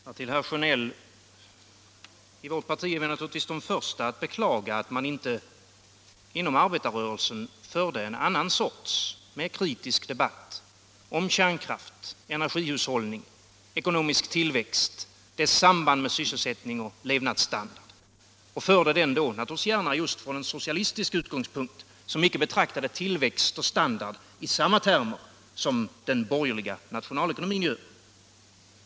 Herr talman! Till herr Sjönell vill jag säga att vi i vårt parti naturligtvis är de första att beklaga att man inte inom arbetarrörelsen förde en annan, mer kritisk, debatt om kärnkraft, energihushållning, ekonomisk tillväxt, dess samband med sysselsättning och levnadsstandard, och förde den just från en socialistisk utgångspunkt, som icke betraktade tillväxt och standard i samma termer som den borgerliga nationalekonomin gör.